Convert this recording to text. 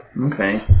Okay